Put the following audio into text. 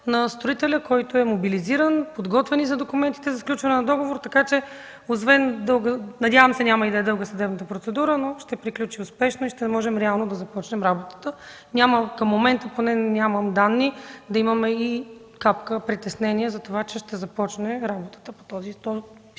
на строителя, който е мобилизиран и са подготвени документите за сключване на договор. Надявам се, че няма да е дълга и съдебната процедура, ще приключи успешно и ще можем реално да започнем работа. Към момента нямам данни да имаме и капка притеснение за това, че ще започне работата по този